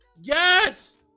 Yes